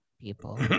people